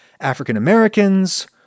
African-Americans